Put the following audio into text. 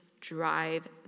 drive